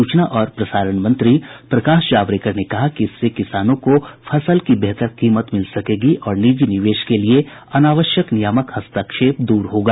सूचना और प्रसारण मंत्री प्रकाश जावड़ेकर ने कहा कि इससे किसानों को फसल की बेहतर कीमत मिल सकेगी और निजी निवेश के लिए अनावश्यक नियामक हस्तक्षेप दूर होगा